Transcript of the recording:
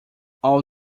all